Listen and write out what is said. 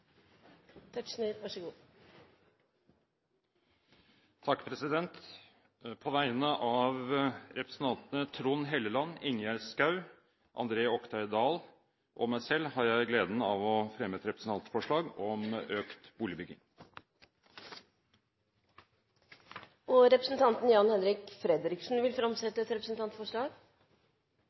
På vegne av representantene Trond Helleland, Ingjerd Schou, André Oktay Dahl og meg selv har jeg gleden av å fremme et representantforslag om økt boligbygging. Representanten Jan-Henrik Fredriksen vil framsette et representantforslag.